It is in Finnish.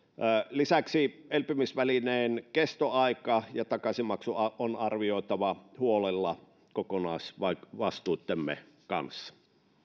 lisäksi elpymisvälineen kestoaika ja takaisinmaksu on arvioitava huolella kokonaisvastuittemme kanssa